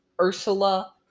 Ursula